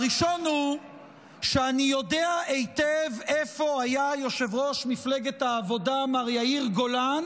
הראשון הוא שאני יודע היטב איפה היה יושב-ראש מפלגת העבודה מר יאיר גולן